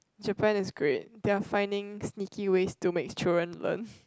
Japan is great they are finding sneaky ways to make children learn